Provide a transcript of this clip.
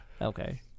Okay